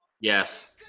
Yes